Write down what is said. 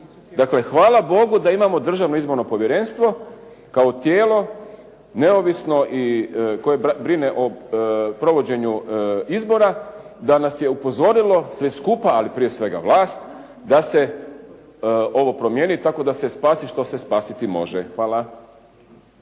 Dakle, hvala Bogu da imamo Državno izborno povjerenstvo kao tijelo neovisno i koje brine o provođenju izbora da nas je upozorilo sve skupa, ali prije svega vlast da se ovo promijeni tako da se spasi što se spasiti može. Hvala.